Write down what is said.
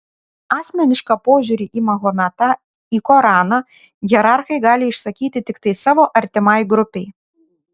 asmenišką požiūrį į mahometą į koraną hierarchai gali išsakyti tiktai savo artimai grupei